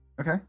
Okay